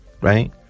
Right